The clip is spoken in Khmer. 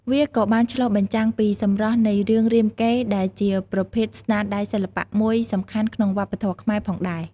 វាក៏បានឆ្លុះបញ្ចាំងពីសម្រស់នៃរឿងរាមកេរ្តិ៍ ដែលជាប្រភេទស្នាដៃសិល្បៈមួយសំខាន់ក្នុងវប្បធម៌ខ្មែរផងដែរ។